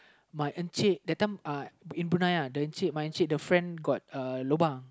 my encik that time uh in Bruniel ah the encik my encik the friend gotuhlobang